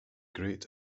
great